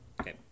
Okay